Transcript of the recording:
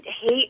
hate